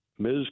Ms